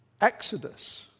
Exodus